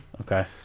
okay